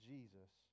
Jesus